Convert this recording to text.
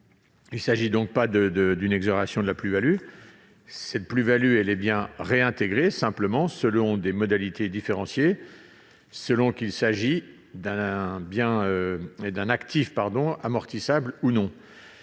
Il ne s'agit donc pas d'une exonération de la plus-value. Celle-ci est bien réintégrée, mais elle l'est selon des modalités différenciées, selon qu'il s'agit d'un actif amortissable ou non.